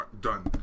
Done